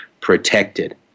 protected